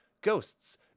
Ghosts